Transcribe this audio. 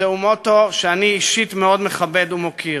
זהו מוטו שאני אישית מאוד מכבד ומוקיר.